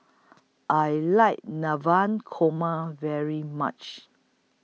I like Korma very much